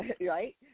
right